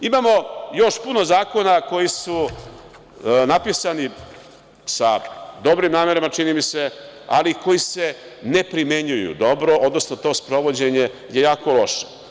Imamo još puno zakona koji su napisani sa dobrim namerama, čini mi se, ali koji se ne primenjuju dobro, odnosno to sprovođenje je jako loše.